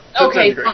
okay